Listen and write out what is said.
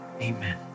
Amen